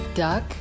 Duck